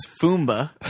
Fumba